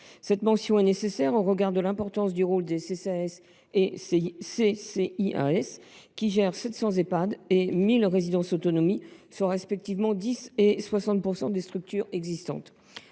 telle mention est nécessaire au regard de l’importance du rôle des CCAS et des CIAS, qui gèrent 700 Ehpad et 1 000 résidences autonomie, soit respectivement 10 % et 60 % des structures existantes.